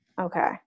Okay